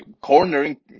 Cornering